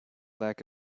lack